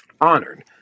honored